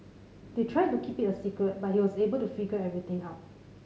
they tried to keep it a secret but he was able to figure everything out